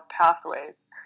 pathways